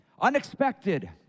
unexpected